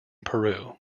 peru